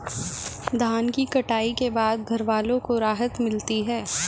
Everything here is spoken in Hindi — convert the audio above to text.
धान की कटाई के बाद घरवालों को राहत मिलती है